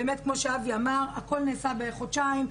באמת, כמו שאבי אמר, הכל נעשה בחודשיים.